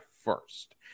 first